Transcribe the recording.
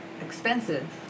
expensive